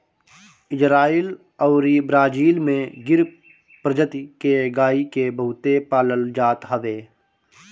Israel अउरी Brazil में गिर प्रजति के गाई के बहुते पालल जात हवे